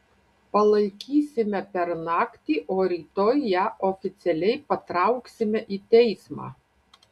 palaikysime per naktį o rytoj ją oficialiai patrauksime į teismą